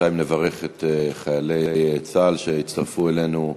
בינתיים נברך את חיילי צה"ל שהצטרפו אלינו,